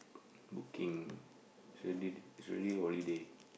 working is already is already holiday